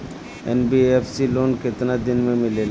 NBFC loan केतना दिन मे मिलेला?